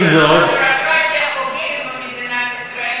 הביורוקרטיה חוגגת במדינת ישראל,